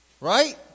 Right